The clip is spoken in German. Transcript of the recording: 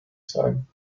sein